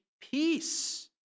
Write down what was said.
peace